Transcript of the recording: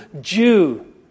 Jew